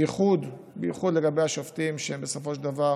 בייחוד לגבי השופטים שבסופו של דבר